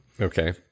Okay